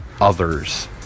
others